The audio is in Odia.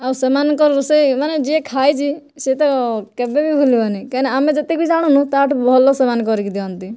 ଆଉ ସେମାନଙ୍କର ରୋଷେଇ ମାନେ ଯିଏ ଖାଇଛି ସିଏ ତ କେବେବି ଭୁଲିବନି କାହିଁକିନା ଆମେ ଯେତିକି ବି ଜାଣୁନୁ ତା' ଠାରୁ ଭଲ ସେମାନେ କରିକି ଦିଅନ୍ତି